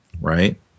right